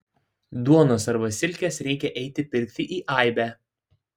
duonos arba silkės reikia eiti pirkti į aibę